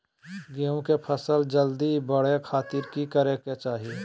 गेहूं के फसल जल्दी बड़े खातिर की करे के चाही?